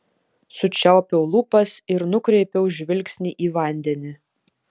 sučiaupiau lūpas ir nukreipiau žvilgsnį į vandenį